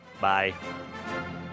Bye